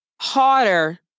harder